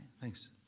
Thanks